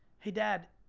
hey dad,